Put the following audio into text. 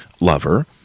lover